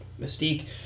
Mystique